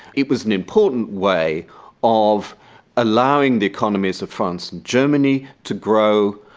it was an important way of allowing the economies of france and germany to grow,